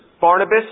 Barnabas